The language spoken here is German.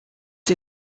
sie